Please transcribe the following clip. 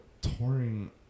touring